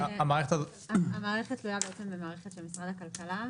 המערכת תלויה במערכת של משרד הכלכלה.